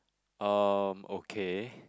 um okay